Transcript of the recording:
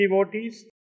devotees